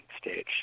stage